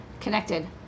Connected